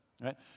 right